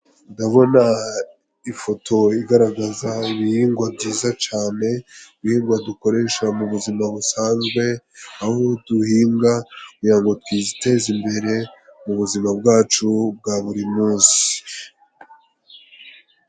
Ndabona ifoto igaragaza ibihingwa byiza cane , ibihingwa dukoresha mu buzima busanzwe aho duhinga kugira ngo twiteze imbere mu buzima bwacu bwa buri munsi.